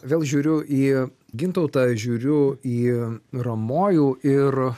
vėl žiūriu į gintautą žiūriu į ramojų ir